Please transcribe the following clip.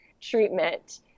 treatment